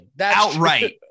outright